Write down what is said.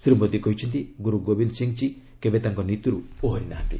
ଶ୍ରୀ ମୋଦି କହିଛନ୍ତି ଗୁରୁ ଗୋବିନ୍ଦ ସିଂହଜୀ କେବେ ତାଙ୍କର ନୀତିର୍ ଓହରି ନାହାନ୍ତି